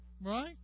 Right